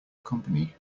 company